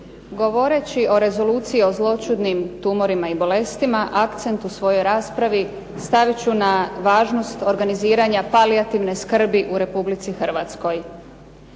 Govoreći o Rezoluciji o zloćudnim tumorima i bolestima akcent u svojoj raspravi stavit ću na važnost organiziranja palijativne skrbi u Republici Hrvatskoj.